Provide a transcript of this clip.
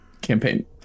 campaign